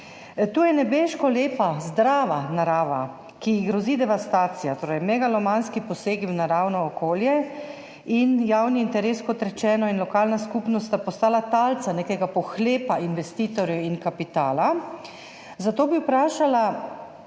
Tu je nebeško lepa, zdrava narava, ki ji grozi devastacija, torej megalomanski posegi v naravno okolje. Javni interes, kot rečeno, in lokalna skupnost sta postala talca nekega pohlepa investitorjev in kapitala. Zato bi vprašala,